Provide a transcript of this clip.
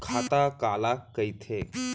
खाता काला कहिथे?